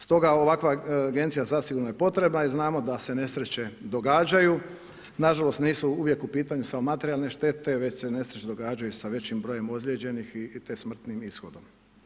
Stoga ovakva agencija zasigurno je potrebna i znamo da se nesreće događaju, nažalost nisu uvijek u pitanju samo materijalne štete već se nesreće događaju sa većim brojem ozlijeđenih te smrtnim ishodom.